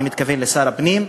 אני מתכוון לשר הפנים,